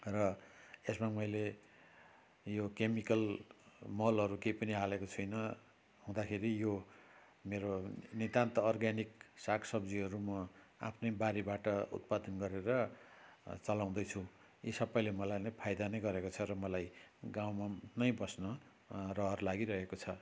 र यसमा मैले यो केमिकल मलहरू केही पनि हालेको छुइनँ हुँदाखेरि यो मेरो नितान्त अर्ग्यानिक साग सब्जीहरू म आफ्नै बारीबाट उत्पादन गरेर चलाउँदैछु यी सबैले मलाई नै फाइदा नै गरेको छ र मलाई गाउँमा नै बस्न रहर लागि रहेको छ